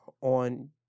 on